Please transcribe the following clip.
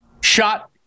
shot